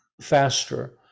faster